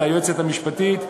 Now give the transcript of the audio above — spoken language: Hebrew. ליועצת המשפטית,